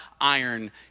iron